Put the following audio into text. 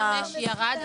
בשעה 13:22.